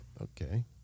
Okay